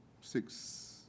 six